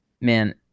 man